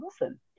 listen